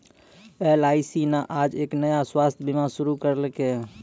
LIC न आज एक नया स्वास्थ्य बीमा शुरू करैलकै